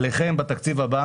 עליכם בתקציב הבא